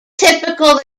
typical